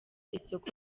isoko